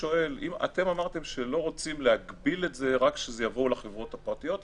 פותחים את הסכר הזה ומאפשרים להקים חברות לא רק באמצעות עורכי דין,